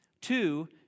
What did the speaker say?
Two